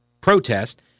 protest